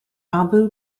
abu